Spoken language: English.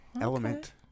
element